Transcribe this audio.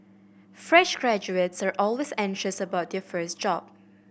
fresh graduates are always anxious about difference job